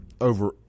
over